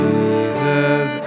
Jesus